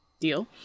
deal